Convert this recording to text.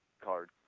card